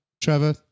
Trevor